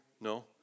No